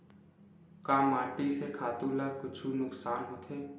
का माटी से खातु ला कुछु नुकसान होथे?